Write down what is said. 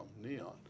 neon